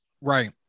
Right